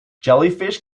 jellyfish